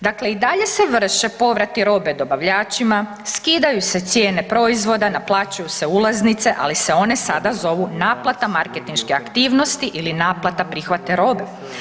Dakle i dalje se vrše povrati robe dobavljačima, skidaju se cijene proizvoda, naplaćuju se ulaznice, ali se one sada zovu naplata marketinške aktivnosti ili naplata prihvata robe.